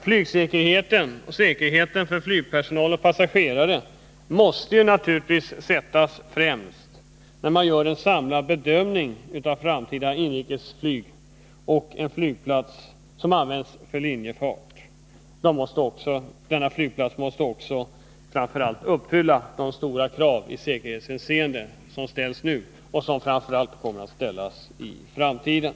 Flygsäkerheten, dvs. säkerheten för personal och passagerare, måste naturligtvis sättas främst när man gör en samlad bedömning av det framtida inrikesflyget och av en flygplats som används för linjefart. En sådan flygplats måste uppfylla de krav i säkerhetshänseende som ställs nu och som framför allt kommer att ställas i framtiden.